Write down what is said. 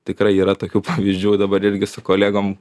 tikrai yra tokių pavyzdžių dabar irgi su kolegom